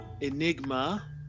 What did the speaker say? Enigma